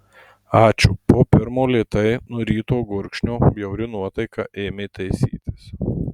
ačiū po pirmo lėtai nuryto gurkšnio bjauri nuotaika ėmė taisytis